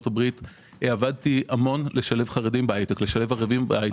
הברית עבדתי המון לשלב חרדים וערבים בהייטק.